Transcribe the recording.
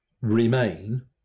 remain